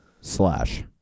slash